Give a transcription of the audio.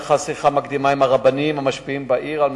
נערכה שיחה מקדימה עם הרבנים המשפיעים בעיר על